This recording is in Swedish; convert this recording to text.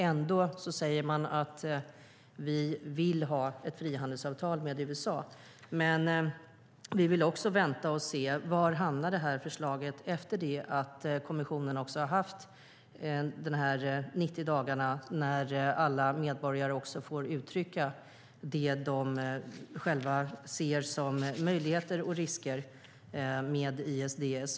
Ändå säger man: Vi vill ha ett frihandelsavtal med USA, men vi vill också vänta och se var detta förslag hamnar efter att kommissionen har haft de 90 dagarna när alla medborgare får uttrycka det de själva ser som möjligheter och risker med ISDS.